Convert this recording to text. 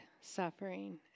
suffering